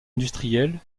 industrielles